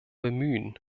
bemühen